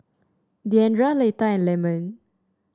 Deandra Leitha and Lemon